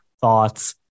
thoughts